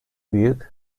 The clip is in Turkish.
büyük